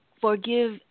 forgive